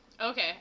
okay